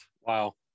Wow